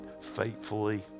faithfully